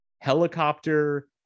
helicopter